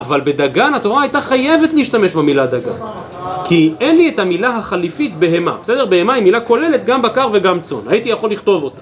אבל בדגן, התורה הייתה חייבת להשתמש במילה דגן כי אין לי את המילה החליפית בהמה בסדר, בהמה היא מילה כוללת גם בקר וגם צאן הייתי יכול לכתוב אותה